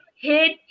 hit